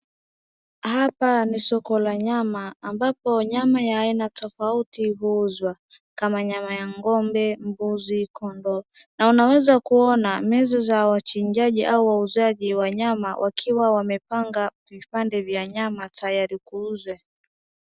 Hapa ni soko la nyama ambapo nyama ya aina tofauti huuzwa, kama nyama ya ng'ombe, mbuzi, kondoo, na unaweza kuona meza ya wachinjaji au wauzaji wa nyama wakiwa wamepanga vipande vya nyama tayari kuuza.